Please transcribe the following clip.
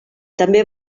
també